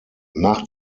nach